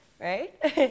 right